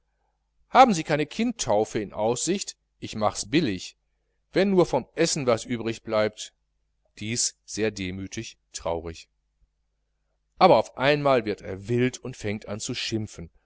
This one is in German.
haben sie keine kindtaufe in aussicht ich machs billig wenn nur vom essen was übrig bleibt dies sehr demütig traurig aber auf einmal wird er wild und fängt an zu schimpfen